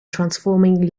transforming